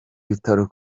bitaro